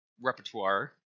repertoire